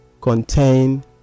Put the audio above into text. contain